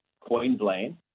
Queensland